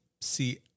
see